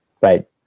right